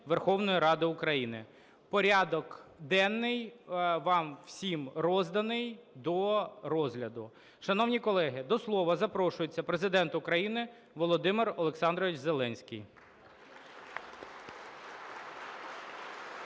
Верховної Ради України. Порядок денний вам всім розданий до розгляду. Шановні колеги, до слова запрошується Президент України Володимир Олександрович Зеленський.